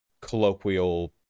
colloquial